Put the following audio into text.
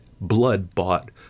blood-bought